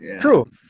True